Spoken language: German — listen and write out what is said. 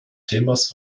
themas